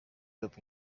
hop